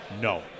No